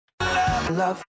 Love